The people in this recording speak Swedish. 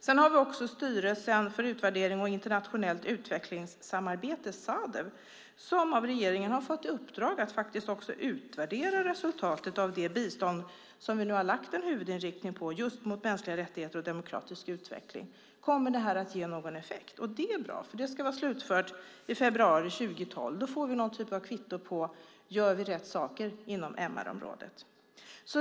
Sedan har vi också Institutet för utvärdering av internationellt utvecklingssamarbete, Sadev, som av regeringen har fått i uppdrag att utvärdera resultatet av det bistånd som vi nu har lagt vår huvudinriktning på, just mänskliga rättigheter och demokratisk utveckling. Det kommer att ge effekt. Det är bra. Arbetet ska vara slutfört i februari 2012. Då får vi någon typ av kvitto på om vi gör rätt saker inom MR-området.